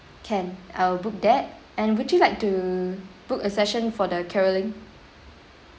can I'll book that and would you like to book a session for the carolling